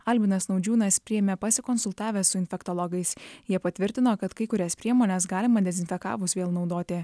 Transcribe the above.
albinas naudžiūnas priėmė pasikonsultavęs su infektologais jie patvirtino kad kai kurias priemones galima dezinfekavus vėl naudoti